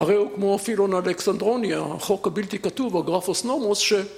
‫הרי הוא כמו פילון אלכסנדרוני, ‫החוק הבלתי כתוב, הגרפוס נורמוס,